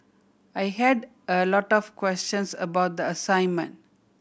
I had a lot of questions about the assignment